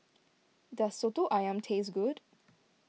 does Soto Ayam taste good